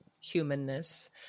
Humanness